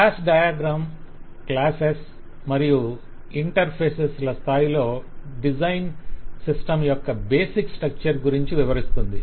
class diagram classes మరియు interface ల స్థాయిలో డిజైన్ సిస్టమ్ యొక్క బేసిక్ స్ట్రక్చర్ గురించి వివరిస్తుంది